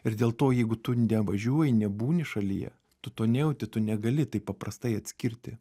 ir dėl to jeigu tu nevažiuoji nebūni šalyje tu to nejauti tu negali taip paprastai atskirti